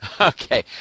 Okay